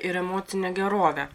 ir emocinę gerovę